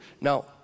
Now